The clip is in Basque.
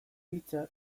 hitza